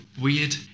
weird